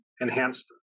enhanced